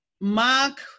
Mark